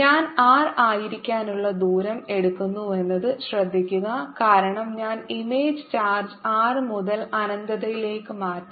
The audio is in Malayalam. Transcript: ഞാൻ r ആയിരിക്കാനുള്ള ദൂരം എടുക്കുന്നുവെന്നത് ശ്രദ്ധിക്കുക കാരണം ഞാൻ ഇമേജ് ചാർജ് r മുതൽ അനന്തതയിലേക്ക് മാറ്റും